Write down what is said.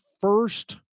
first